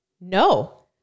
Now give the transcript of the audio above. no